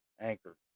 Anchor